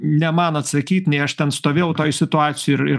ne man atsakyt nei aš ten stovėjau toj situacijoj ir ir